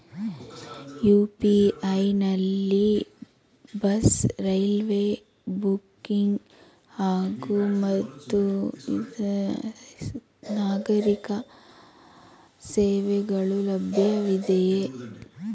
UPI ನಲ್ಲಿ bus, railway booking ಹಾಗೂ ಇತರೆ ನಾಗರೀಕ ಸೇವೆಗಳು ಲಭ್ಯವಿದೆಯೇ?